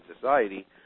society